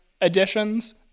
additions